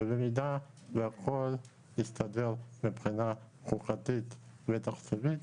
ובמידה והכול יסתדר מבחינה חוקתית ותקציבית,